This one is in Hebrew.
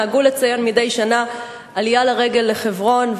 נהגו לציין מדי שנה עלייה לרגל לחברון,